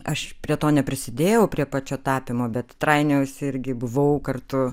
aš prie to neprisidėjau prie pačio tapymo bet trainiojausi irgi buvau kartu